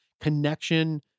connection